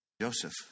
Joseph